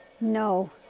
no